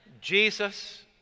Jesus